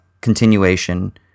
continuation